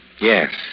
Yes